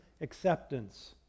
acceptance